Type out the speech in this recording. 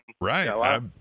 Right